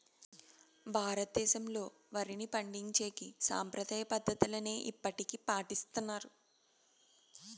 భారతదేశంలో, వరిని పండించేకి సాంప్రదాయ పద్ధతులనే ఇప్పటికీ పాటిస్తన్నారు